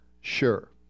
sure